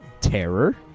terror